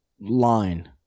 line